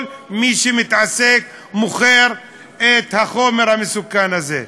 מי שמתעסק ומוכר את החומר המסוכן הזה.